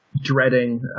dreading